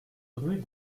rue